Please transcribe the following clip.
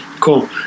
Cool